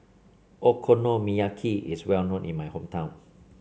okonomiyaki is well known in my hometown